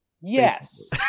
Yes